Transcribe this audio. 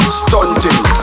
stunting